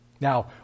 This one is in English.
Now